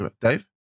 Dave